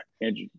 Andrew